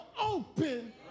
open